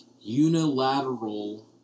unilateral